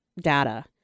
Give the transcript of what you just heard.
data